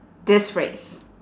this phrase